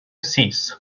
sis